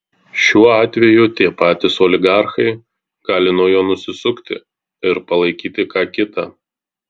šiuo atveju tie patys oligarchai gali nuo jo nusisukti ir palaikyti ką kitą